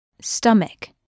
Stomach